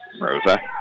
Rosa